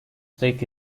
take